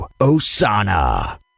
osana